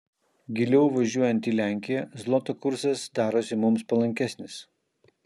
giliau važiuojant į lenkiją zloto kursas darosi mums palankesnis